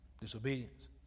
disobedience